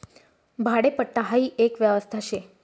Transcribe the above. भाडेपट्टा हाई एक व्यवस्था शे